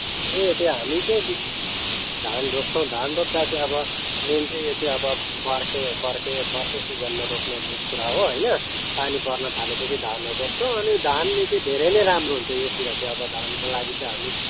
ए त्यो हामी चाहिँ विशेष धान रोप्छौँ धान रोप्दा चाहिँ अब मेन चाहिँ यो चाहिँ अब बर्खे बर्खे बर्खे सिजनमा रोप्ने कुरा हो होइन पानी पर्नथालेपछि धानहरू रोप्छौँ अनि धानले चाहिँ धेरै नै राम्रो हुन्छ यहाँतिर चाहिँ अब धानको लागि चाहिँ हामी